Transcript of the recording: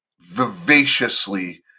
vivaciously